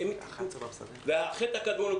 החטא הקדמון,